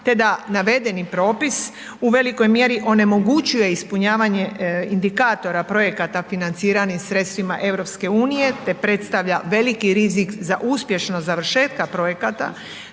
te da navedeni propis u velikoj mjeri onemogućuje ispunjavanje indikatora projekata financiranih sredstvima EU te predstavlja veliki rizik za uspješno završetka projekata